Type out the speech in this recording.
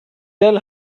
tell